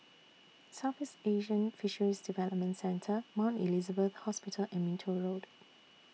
Southeast Asian Fisheries Development Centre Mount Elizabeth Hospital and Minto Road